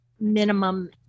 minimum